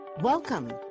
Welcome